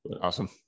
awesome